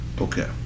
okay